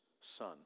son